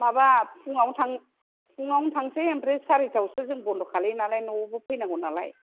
माबा फुङावनो थांङो फुङावनो थांनोसै ओमफ्राय सारितायावसो जों बन्द' खालामोनालाय न'आवबो फैनांगौनालाय